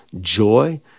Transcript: joy